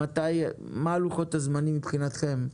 מה הם לוחות הזמנים, מבחינתכם?